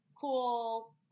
cool